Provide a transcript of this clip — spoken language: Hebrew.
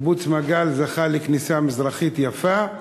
קיבוץ מגל זכה לכניסה מזרחית יפה,